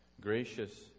gracious